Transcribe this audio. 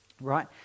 right